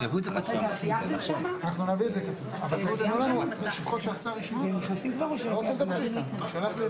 אני חושב שכאשר מסתכלים על כל המכלול הזה שמצד אחד נותן כלים